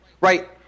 Right